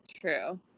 True